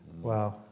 Wow